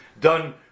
done